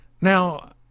Now